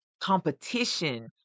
competition